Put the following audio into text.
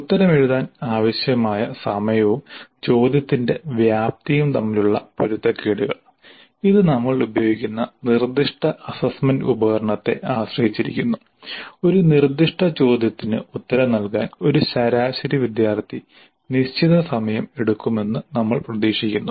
ഉത്തരമെഴുതാൻ ആവശ്യമായ സമയവും ചോദ്യത്തിന്റെ വ്യാപ്തിയും തമ്മിലുള്ള പൊരുത്തക്കേടുകൾ ഇത് നമ്മൾ ഉപയോഗിക്കുന്ന നിർദ്ദിഷ്ട അസ്സസ്സ്മെന്റ് ഉപകരണത്തെ ആശ്രയിച്ചിരിക്കുന്നു ഒരു നിർദ്ദിഷ്ട ചോദ്യത്തിന് ഉത്തരം നൽകാൻ ഒരു ശരാശരി വിദ്യാർത്ഥി നിശ്ചിത സമയം എടുക്കുമെന്ന് നമ്മൾ പ്രതീക്ഷിക്കുന്നു